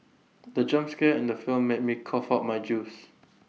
the jump scare in the film made me cough out my juice